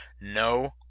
No